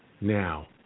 now